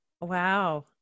Wow